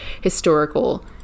historical